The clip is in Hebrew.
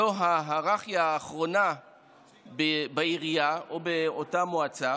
האחרונה בהיררכיה בעירייה או באותה מועצה